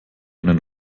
einen